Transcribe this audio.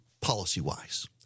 policy-wise